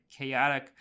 chaotic